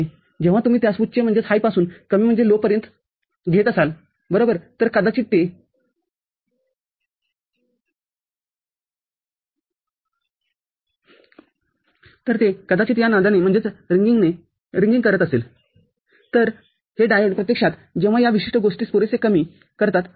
जेव्हा तुम्ही त्यास उच्च पासून कमी पर्यंत घेत असाल बरोबरतर कदाचित ते नादनकरत नसेल तर हे डायोड प्रत्यक्षात जेव्हा या विशिष्ट गोष्टीस पुरेसे कमी करतात तेव्हा